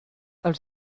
els